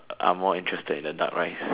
I'm more interested in the duck rice